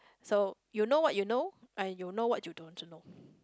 so you know what you know and you know what you don't know